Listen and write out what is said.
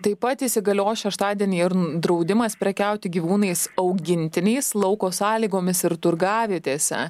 taip pat įsigalios šeštadienį ir draudimas prekiauti gyvūnais augintiniais lauko sąlygomis ir turgavietėse